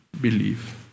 believe